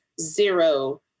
zero